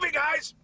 guys